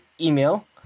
email